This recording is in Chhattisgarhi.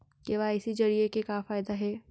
के.वाई.सी जरिए के का फायदा हे?